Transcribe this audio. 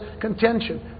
contention